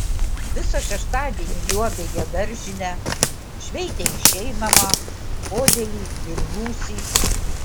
visą šeštadienį liuobė jie daržinę šveitė išeinamą podėlį ir rūsį